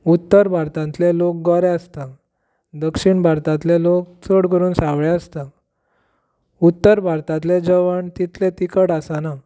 उत्तर भारतांतले लोक गोरे आसतात दक्षीण भारतांतले लोक चड करून सावळे आसतात उत्तर भारतांतले जेवण तितलें तिखट आसना